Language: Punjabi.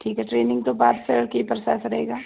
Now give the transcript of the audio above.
ਠੀਕ ਹੈ ਟਰੇਨਿੰਗ ਤੋਂ ਬਾਅਦ ਫਿਰ ਕੀ ਪ੍ਰੋਸੈਸ ਰਹੇਗਾ